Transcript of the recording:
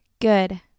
Good